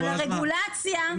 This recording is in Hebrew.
אבל הרגולציה --- נו,